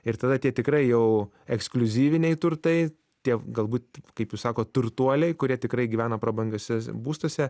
ir tada tie tikrai jau ekskliuzyviniai turtai tie galbūt kaip jūs sakot turtuoliai kurie tikrai gyvena prabangiuose būstuose